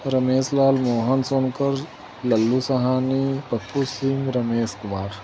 Ramesh Lal Mohan Sonkar Lallu Sahani Pappu Singh Ramesh Kumar